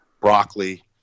broccoli